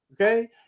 okay